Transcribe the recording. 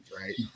right